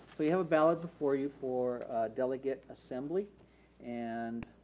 we have a ballot before you for delegate assembly and